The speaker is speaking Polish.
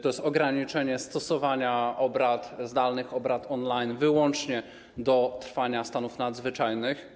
To jest ograniczenie stosowania obrad zdalnych, obrad on-line wyłącznie do trwania stanów nadzwyczajnych.